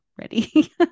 ready